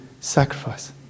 sacrifice